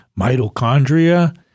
mitochondria